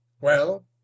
Well